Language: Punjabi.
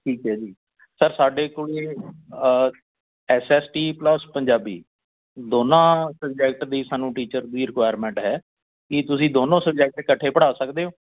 ਠੀਕ ਹੈ ਜੀ ਸਰ ਸਾਡੇ ਕੋਲ S S T plus Punjabi ਦੋਨਾਂ ਸਬਜੈਕਟ ਦੀ ਸਾਨੂੰ ਟੀਚਰ ਦੀ ਰਿਕੁਾਇਰਮੈਂਟ ਹੈ ਕੀ ਤੁਸੀਂ ਦੋਨੋਂ ਸਬਜੈਕਟ ਇਕੱਠੇ ਪੜ੍ਹਾ ਸਕਦੇ ਹੋ